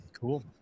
Cool